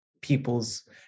people's